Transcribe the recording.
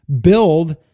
build